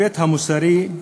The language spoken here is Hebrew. ההיבט המוסרי,